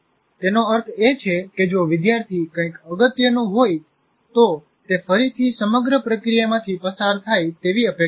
તેનો અર્થ એ છે કે જો વિદ્યાર્થી કંઈક અગત્યનું હોય તો તે ફરીથી સમગ્ર પ્રક્રિયામાંથી પસાર થાય તેવી અપેક્ષા છે